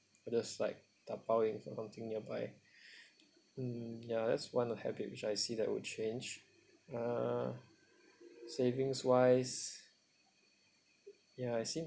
I just like dabao-ing something nearby um ya that's one of habit which I see that would change uh savings wise ya I seem